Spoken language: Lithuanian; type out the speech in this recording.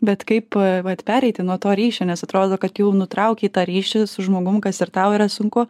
bet kaip vat pereiti nuo to ryšio nes atrodo kad jau nutraukei tą ryšį su žmogum kas ir tau yra sunku